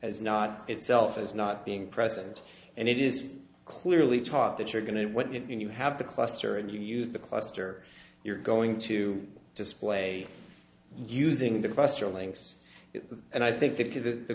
as now itself is not being present and it is clearly taught that you're going to what you have the cluster and you use the cluster you're going to display using the cluster of links and i think of that the